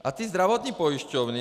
A ty zdravotní pojišťovny...